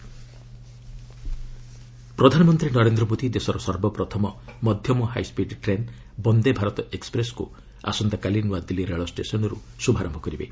PM Vande Bharat ପ୍ରଧାନମନ୍ତ୍ରୀ ନରେନ୍ଦ୍ର ମୋଦି ଦେଶର ସର୍ବପ୍ରଥମ ମଧ୍ୟମ ହାଇସିଡ୍ ଟ୍ରେନ୍ ବନ୍ଦେ ଭାରତ ଏକ୍୍ପପ୍ରେସ୍କୁ ଆସନ୍ତାକାଲି ନୂଆଦିଲ୍ଲୀ ରେଳ ଷ୍ଟେସନ୍ରୁ ଶୁଭାରୟ କରିବେ